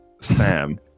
sam